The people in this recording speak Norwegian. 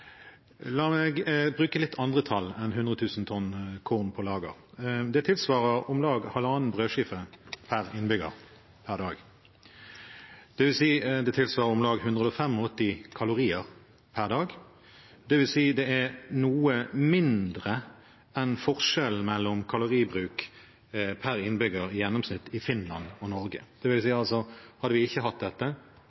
La meg bruke litt andre tall enn 100 000 tonn korn på lager. Det tilsvarer om lag halvannen brødskive per innbygger per dag, dvs. om lag 185 kalorier per dag. Det er noe mindre enn forskjellen mellom kaloribruk i gjennomsnitt per innbygger i Finland og i Norge.